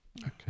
Okay